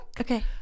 Okay